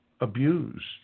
abused